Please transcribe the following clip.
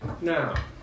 Now